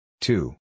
Two